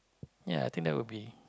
ya I think that would be